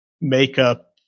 makeup